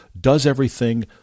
does-everything